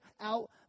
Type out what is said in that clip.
out